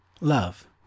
love